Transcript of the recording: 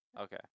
Okay